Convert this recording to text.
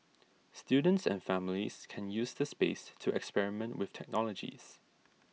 students and families can use the space to experiment with technologies